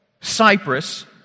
cyprus